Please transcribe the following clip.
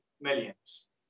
millions